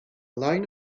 line